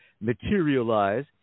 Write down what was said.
materialize